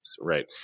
Right